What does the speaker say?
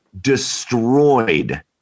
destroyed